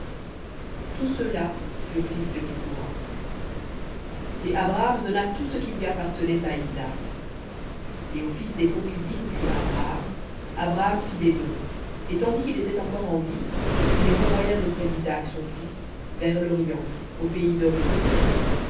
tous ceux-là furent fils de quorra et abraham donna tout ce qui lui appartenait à isaac et aux fils des concubines qu'eut abraham abraham fit des dons et tandis qu'il était encore en vie il les renvoya d'auprès d'isaac son fils vers l'orient au pays d'orient